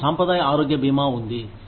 మాకు సాంప్రదాయ ఆరోగ్య బీమా ఉంది